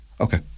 Okay